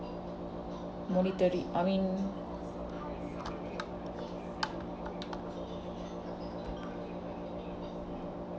monetary I mean